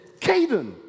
Caden